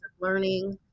learning